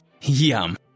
Yum